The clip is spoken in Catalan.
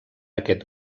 aquest